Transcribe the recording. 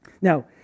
Now